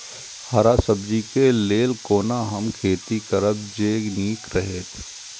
हरा सब्जी के लेल कोना हम खेती करब जे नीक रहैत?